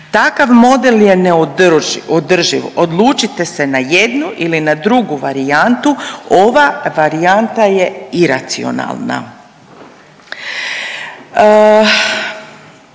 Takav model je neodrživ, odlučite se na jednu ili na drugu varijantu, ova varijanta je iracionalna.